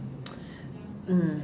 mm